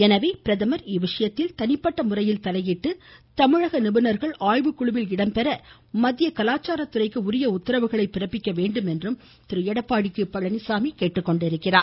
எனவே பிரதமர் இவ்விஷயத்தில் தனிப்பட்ட முறையில் தலையிட்டு தமிழக நிபுணர்கள் ஆய்வுக்குழுவில் இடம்பெற மத்திய கலாச்சாரத்துறைக்கு உரிய உத்தரவுகளை பிறப்பிக்க வேண்டும் என்றும் முதலமைச்சர் கேட்டுக்கொண்டார்